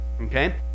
okay